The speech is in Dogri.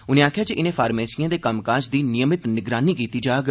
उनें आखेआ जे इनें फारमेसिएं दे कम्मकाज दी नियमित निगरानी कीती जाग